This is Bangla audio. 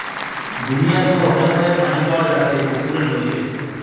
দুনিয়ার উপর অনেক ভাবে পানি পাওয়া যাইতেছে পুকুরে, নদীতে